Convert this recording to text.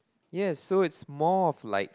yes so it's more of like